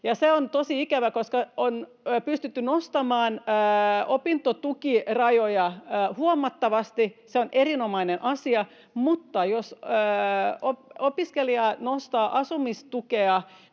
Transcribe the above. Se on tosi ikävää, koska on pystytty nostamaan opintotukirajoja huomattavasti. Se on erinomainen asia. Mutta jos opiskelija nostaa asumistukea,